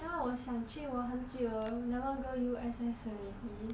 ya lor 我想去我很久 never go U_S_S already